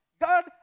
God